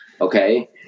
Okay